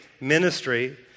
ministry